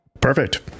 Perfect